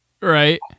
right